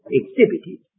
exhibited